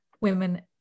women